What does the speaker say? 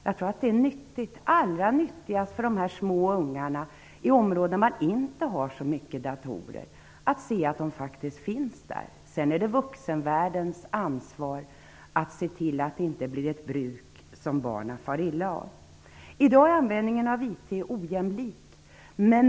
Jag tror att det är nyttigt, allra nyttigast för de små ungarna i områden där man inte har så många datorer, att se att de faktiskt finns. Sedan är det vuxenvärldens ansvar att se till att det inte blir ett bruk som barnen far illa av. I dag är användningen av IT ojämlik.